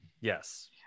Yes